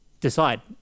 decide